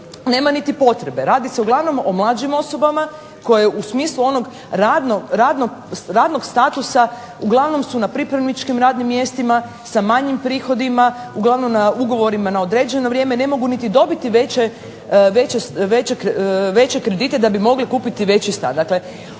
nema potrebe, radi se uglavnom o mlađim osobama koje u smislu radnog statusa uglavnom su na pripravničkim radnim mjestima, sa manjim prihodima, uglavnom na ugovorima na određeno vrijeme, ne mogu niti dobiti veće kredite da bi mogli kupiti veći stan.